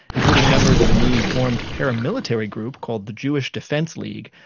including members of a newly formed paramilitary group called the jewish defense league,